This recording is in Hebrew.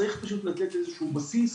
צריך פשוט לתת איזה שהוא בסיס.